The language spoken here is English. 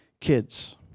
kids